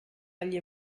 agli